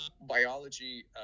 biology